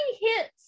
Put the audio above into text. hits